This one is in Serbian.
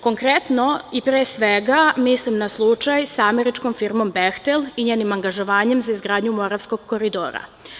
Konkretno i pre svega mislim na slučaj sa američkom firmom "Behtel" i njenim angažovanjem za izgradnju Moravskog koridora.